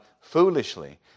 foolishly